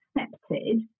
accepted